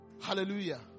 hallelujah